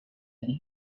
and